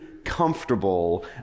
comfortable